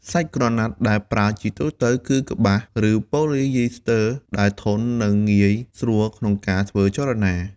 សាច់ក្រណាត់ដែលប្រើជាទូទៅគឺ កប្បាស ឬ ប៉ូលីយីស្ទ័រ ដែលធន់ និងងាយស្រួលក្នុងការធ្វើចលនា។